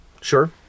Sure